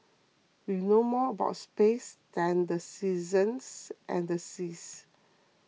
we know more about space than the seasons and the seas